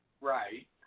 Right